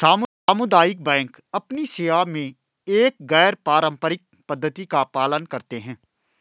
सामुदायिक बैंक अपनी सेवा में एक गैर पारंपरिक पद्धति का पालन करते हैं